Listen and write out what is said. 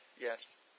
Yes